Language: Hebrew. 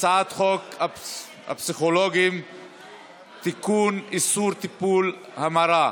הצעת חוק הפסיכולוגים (תיקון, איסור טיפולי המרה).